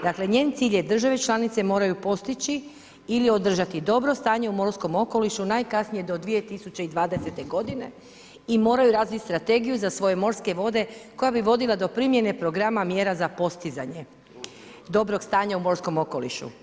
Dakle njen cilj je države članice moraju postići ili održati dobro stanje u morskom okolišu, najkasnije do 2020. godine i moraju razvit strategiju za svoje morske vode koja bi vodila do primjene programa mjera za postizanje dobrog stanja u morskom okolišu.